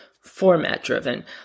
format-driven